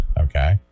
okay